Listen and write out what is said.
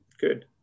good